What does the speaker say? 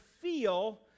feel